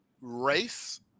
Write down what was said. race